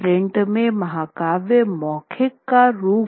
print में महाकाव्य मौखिक का रूप